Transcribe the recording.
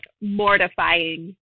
mortifying